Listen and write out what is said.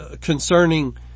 concerning